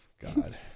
god